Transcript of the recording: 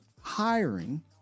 hiring